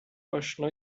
آشنا